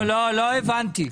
לא הבנתי.